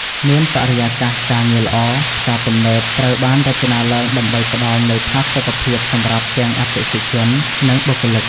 មានបរិយាកាសការងារល្អ ផ្សារទំនើបត្រូវបានរចនាឡើងដើម្បីផ្ដល់នូវផាសុកភាពសម្រាប់ទាំងអតិថិជន និងបុគ្គលិក។